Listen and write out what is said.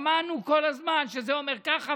שמענו כל הזמן שזה אומר ככה,